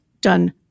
done